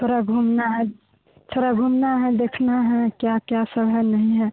थोड़ा घूमना है थोड़ा घूमना है देखना है क्या क्या सब है नहीं है